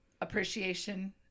appreciation